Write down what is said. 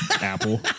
Apple